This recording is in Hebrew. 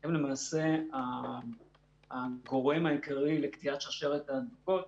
הן למעשה הגורם העיקרי בקטיעת שרשרת ההדבקות.